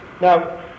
Now